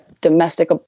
domestic